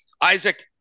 Isaac